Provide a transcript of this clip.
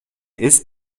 ist